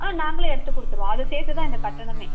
ஆ நாங்களே எடுத்து கொடுத்துருவோம் அதை சேர்த்துதான் இந்த கட்டணமே